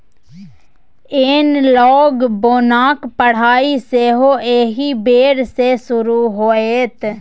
एनलॉग बोनक पढ़ाई सेहो एहि बेर सँ शुरू होएत